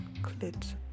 clit